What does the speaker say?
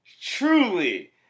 truly